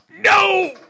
no